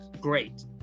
great